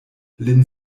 lin